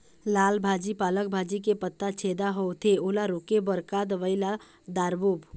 लाल भाजी पालक भाजी के पत्ता छेदा होवथे ओला रोके बर का दवई ला दारोब?